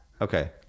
Okay